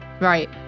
Right